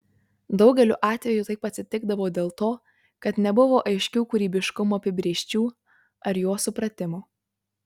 daugeliu atveju taip atsitikdavo dėl to kad nebuvo aiškių kūrybiškumo apibrėžčių ar jo supratimo